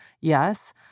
Yes